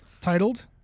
Titled